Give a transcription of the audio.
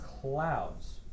clouds